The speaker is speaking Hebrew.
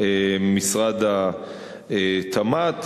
משרד התמ"ת,